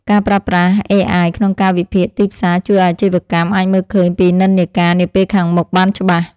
ការប្រើប្រាស់អេអាយក្នុងការវិភាគទីផ្សារជួយឱ្យអាជីវកម្មអាចមើលឃើញពីនិន្នាការនាពេលខាងមុខបានច្បាស់។